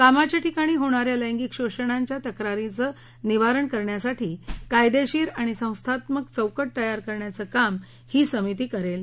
कामाच्या ठिकाणी होणा या लैंगिक शोषणाच्या तक्रारींचं निवारण करण्यासाठी कायदेशीर आणि संस्थात्मक चौकट तयार करण्याचं काम ही समिती करेल